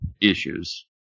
issues